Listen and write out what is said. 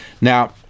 now